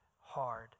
hard